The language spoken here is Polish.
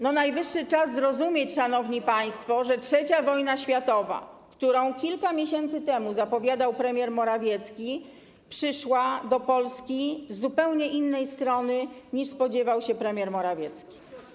Najwyższy czas zrozumieć, szanowni państwo, że III wojna światowa, którą kilka miesięcy temu zapowiadał premier Morawiecki, przyszła do Polski z zupełnie innej strony, niż spodziewał się premier Morawiecki.